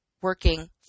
working